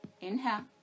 Inhale